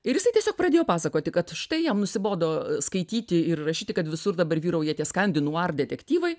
ir jisai tiesiog pradėjo pasakoti kad štai jam nusibodo skaityti ir rašyti kad visur dabar vyrauja tie skandinuar detektyvai